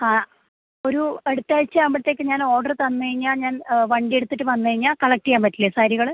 ആ ഒരു അടുത്താഴ്ചയാവുമ്പോഴത്തേക്ക് ഞാൻ ഓർഡര് തന്നുകഴിഞ്ഞാല് ഞാൻ വണ്ടി എടുത്തിട്ട് വന്നുകഴിഞ്ഞാല് കളക്റ്റ് ചെയ്യാൻ പറ്റില്ലേ സാരികള്